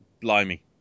blimey